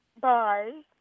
Bye